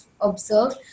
observed